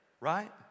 right